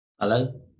Hello